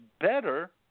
better